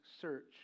search